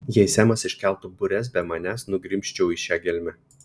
jei semas iškeltų bures be manęs nugrimzčiau į šią gelmę